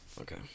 Okay